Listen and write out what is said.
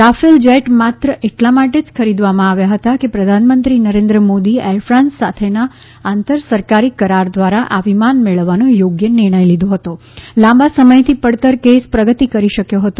Rafale jet માત્ર એટલા માટે જ ખરીદવામાં આવ્યા હતા કે પ્રધાનમંત્રી નરેન્દ્ર મોદી એફાન્સ સાથેના આંતર સરકારી કરાર દ્વારા આ વિમાન મેળવવાનો યોગ્ય નિર્ણય લીધો હતો લાંબા સમયથી પડતર કેસ પ્રગતિ કરી શક્યો હતો